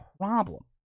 problem